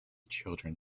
children